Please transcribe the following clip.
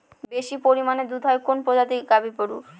বেশি পরিমানে দুধ হয় কোন প্রজাতির গাভি গরুর?